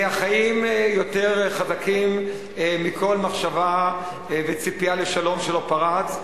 החיים יותר חזקים מכל מחשבה וציפייה לשלום שלא פרץ,